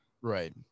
Right